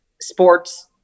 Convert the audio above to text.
sports